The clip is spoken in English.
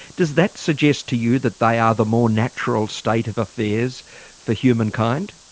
does that suggest to you that they are the more natural state of affairs for human kind?